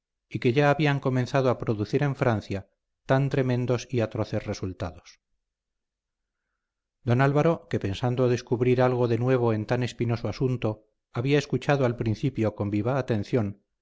y que ya habían comenzado a producir en francia tan tremendos y atroces resultados don álvaro que pensando descubrir algo de nuevo en tan espinoso asunto había escuchado al principio con viva atención